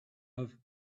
love